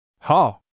Ha